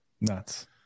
nuts